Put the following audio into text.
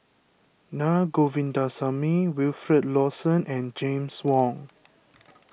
Na Govindasamy Wilfed Lawson and James Wong